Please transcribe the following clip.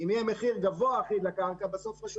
אם יהיה מחיר אחיד גבוה לקרקע רשות